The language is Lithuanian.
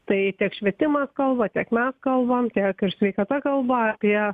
tai tiek švietimas kalba tiek mes kalbam tiek ir sveikata kalba apie